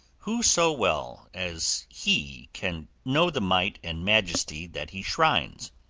who so well as he can know the might and majesty that he shrines?